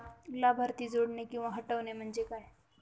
लाभार्थी जोडणे किंवा हटवणे, म्हणजे काय?